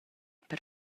per